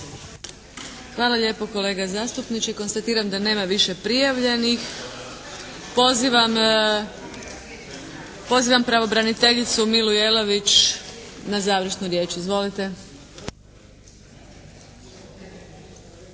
Hvala lijepo kolega zastupniče. Konstatiram da nema više prijavljenih. Pozivam pravobraniteljicu Milu Jelavić na završnu riječ. Izvolite.